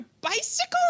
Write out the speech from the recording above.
bicycle